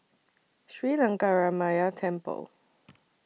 Sri Lankaramaya Temple